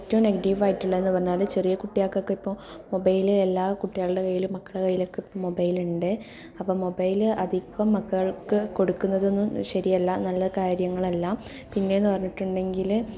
ഏറ്റവും നെഗറ്റീവ് ആയിട്ടുള്ളതെന്ന് പറഞ്ഞാൽ ചെറിയ കുട്ടികൾക്കൊക്കെ ഇപ്പം മൊബൈല് എല്ലാ കുട്ടികളുടെ കൈയിലും മക്കളുടെ കൈയിലൊക്കെ ഇപ്പോൾ മൊബൈലിണ്ട് അപ്പം മൊബൈല് അധികം മക്കൾക്ക് കൊടുക്കുന്നതൊന്നും ശരിയല്ല നല്ല കാര്യങ്ങളല്ല പിന്നേന്നു പറഞ്ഞിട്ടുണ്ടെങ്കിൽ